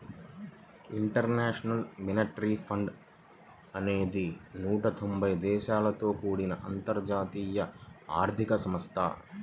international monetary fund అనేది నూట తొంబై దేశాలతో కూడిన అంతర్జాతీయ ఆర్థిక సంస్థ